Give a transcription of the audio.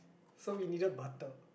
so we needed butter